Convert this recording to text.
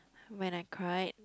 when I cry